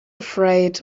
afraid